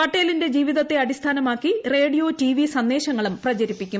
പട്ടേലിന്റെ ജീവിതത്തെ അടിസ്ഥാനമാക്കി റേഡിയോ ടിവി സന്ദേശങ്ങളും പ്രചരിപ്പിക്കും